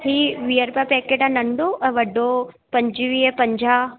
थी वीह रुपिया पैकेट आहे नंढो त वॾो पंजवीह पंजाह